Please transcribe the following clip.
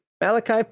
Malachi